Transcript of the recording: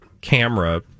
camera